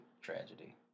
tragedy